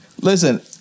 listen